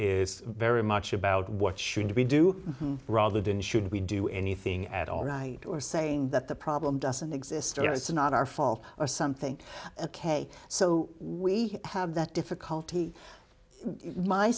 is very much about what should we do rather than should we do anything at all and i are saying that the problem doesn't exist and it's not our fault or something ok so we have that difficulty my